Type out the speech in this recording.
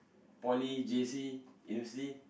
poly J_C university